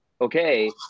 okay